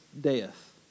death